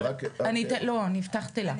אני הבטחתי לה,